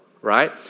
right